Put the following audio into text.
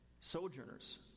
sojourners